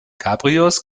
cabrios